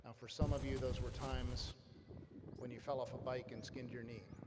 um for some of you those were times when you fell off a bike and skinned your knee